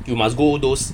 you must go those